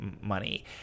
money